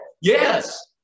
yes